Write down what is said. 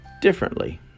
differently